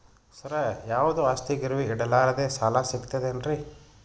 ಸರ, ಯಾವುದು ಆಸ್ತಿ ಗಿರವಿ ಇಡಲಾರದೆ ಸಾಲಾ ಸಿಗ್ತದೇನ್ರಿ?